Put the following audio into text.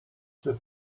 für